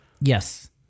Yes